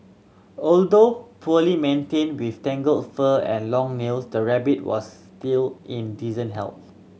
although poorly maintained with tangled fur and long nails the rabbit was still in decent health